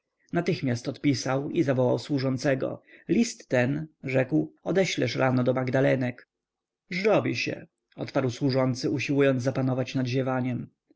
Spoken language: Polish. natychmiast odpisał i zawołał służącego list ten rzekł odeślesz rano do magdalenek żrobi się odparł służący usiłując zapanować nad